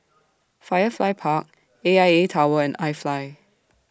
Firefly Park A I A Tower and IFly